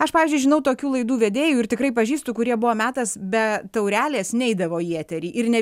aš pavyzdžiui žinau tokių laidų vedėjų ir tikrai pažįstu kurie buvo metas be taurelės neidavo į eterį ir ne